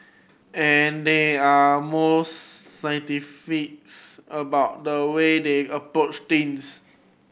and they are most scientific's about the way they approach things